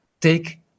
Take